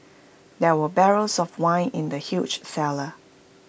there were barrels of wine in the huge cellar